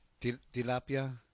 Tilapia